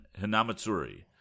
Hinamatsuri